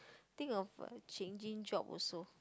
think of a changing job also